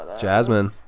Jasmine